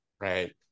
Right